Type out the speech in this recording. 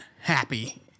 happy